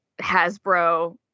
Hasbro